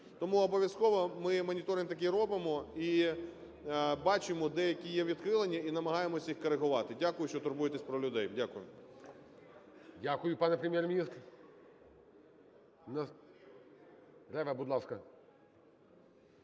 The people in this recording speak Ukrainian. Тому обов'язково ми моніторинг такий робимо і бачимо, де які є відхилення і намагаємось їх коригувати. Дякую, що турбуєтесь про людей. Дякую. ГОЛОВУЮЧИЙ. Дякую, пане Прем'єр-міністр. Рева, будь ласка.